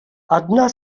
одна